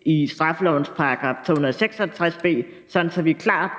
i straffelovens § 266 b, sådan at vi sender et klart